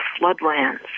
floodlands